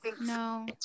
No